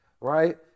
Right